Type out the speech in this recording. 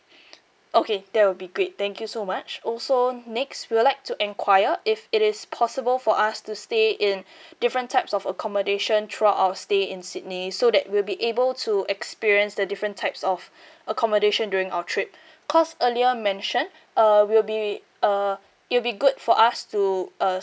okay that will be great thank you so much also next we would like to enquire if it is possible for us to stay in different types of accommodation throughout our stay in sydney so that we'll be able to experience the different types of accommodation during our trip because earlier mentioned uh we'll be uh it'll be good for us to uh